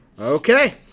Okay